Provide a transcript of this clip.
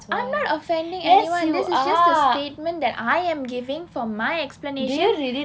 I am not offending anyone this is just a statement that I am giving for my explanation